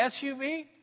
SUV